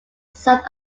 south